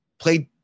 played